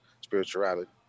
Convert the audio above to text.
spirituality